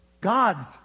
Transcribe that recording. God